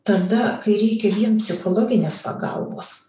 tada kai reikia vien psichologinės pagalbos